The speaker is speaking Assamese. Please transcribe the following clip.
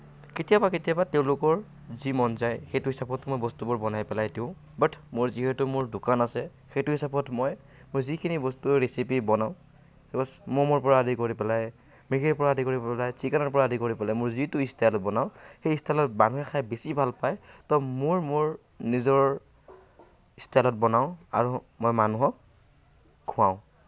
কেতিয়াবা কেতিয়াবা তেওঁলোকৰ যি মন যায় সেইটো হিচাপত মই বস্তুবোৰ বনাই পেলাই দিওঁ বাত মোৰ যিহেতু মোৰ দোকান আছে সেইটো হিচাপত মই মোৰ যিখিনি বস্তু ৰেছিপি বনাওঁ ছাপজ ম'মৰ পৰা অদি কৰি পেলাই মেগীৰ পৰা আদি কৰি পেলাই চিকেনৰ পৰা আদি কৰি পেলাই মোৰ যিটো ষ্টাইলত সেই ষ্টাইলত মানুহে খাই বেছি ভাল পায় ত' মোৰ মোৰ নিজৰ ষ্টাইলত বনাওঁ আৰু মই মানুহক খুৱাওঁ